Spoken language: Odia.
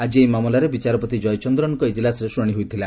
ଆଜି ଏହି ମାମଲାରେ ବିଚାରପତି କୟଚନ୍ଦ୍ରନ୍ଙ୍କ ଇଜିଲାସ୍ରେ ଶୁଣାଣି ହୋଇଥିଲା